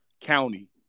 county